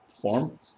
form